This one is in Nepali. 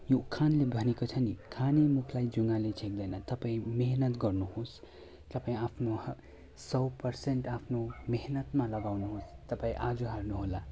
यो उखानले भनेको छ नि खाने मुखलाई जुङ्गाले छेक्दैन तपाईँ मेहनत गर्नुहोस् तपाईँ आफ्नो सय पर्सेन्ट आफ्नो मेहनतमा लगाउनुहोस् तपाईँ आज हार्नु होला